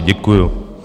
Děkuju.